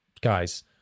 guys